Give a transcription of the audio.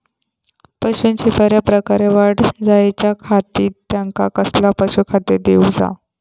पशूंची बऱ्या प्रकारे वाढ जायच्या खाती त्यांका कसला पशुखाद्य दिऊचा?